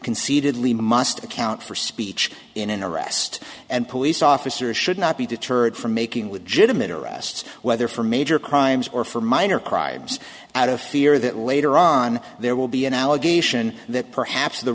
concededly must account for speech in an arrest and police officers should not be deterred from making with jim interests whether for major crimes or for minor crimes out of fear that later on there will be an allegation that perhaps the